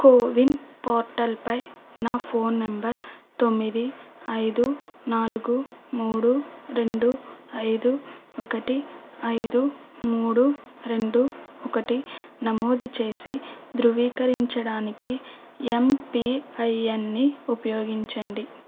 CoWIN portal పై నా phone number తొమిది ఐదు నాలుగు మూడు రెండు ఐదు ఒకటి ఐదు మూడు రెండు ఒకటి నమోదు చేసి ధృవీకరించడానికి ఎమ్పిఐఎన్ని ఉపయోగించండి